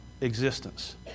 existence